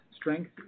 strength